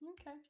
Okay